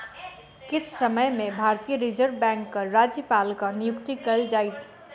किछ समय में भारतीय रिज़र्व बैंकक राज्यपालक नियुक्ति कएल जाइत